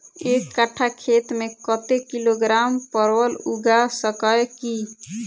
एक कट्ठा खेत मे कत्ते किलोग्राम परवल उगा सकय की??